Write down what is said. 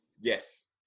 Yes